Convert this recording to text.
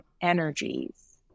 energies